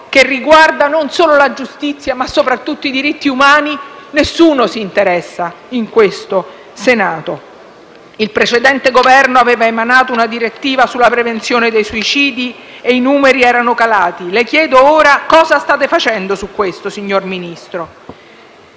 che riguarda non solo la giustizia, ma soprattutto i diritti umani, nessuno s'interessa in questo Senato. Il precedente Governo aveva emanato una direttiva sulla prevenzione dei suicidi e i numeri erano calati: le chiedo ora cosa state facendo su questo, signor Ministro.